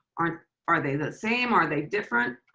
are are they the same? are they different?